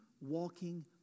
walking